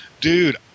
dude